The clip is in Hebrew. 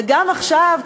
וגם עכשיו,